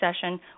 session